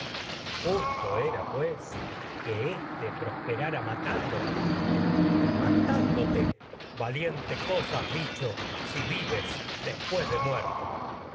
justo era pues que éste prosperara matándote valiente cosa has dicho si después de muerto